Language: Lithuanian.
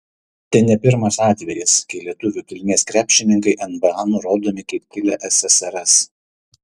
tai ne pirmas atvejis kai lietuvių kilmės krepšininkai nba nurodomi kaip kilę ssrs